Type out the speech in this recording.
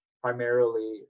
primarily